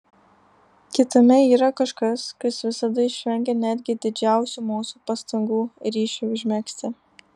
kitame yra kažkas kas visada išvengia netgi didžiausių mūsų pastangų ryšiui užmegzti